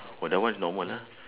but that one is normal ah